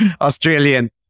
Australian